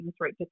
right